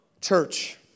Church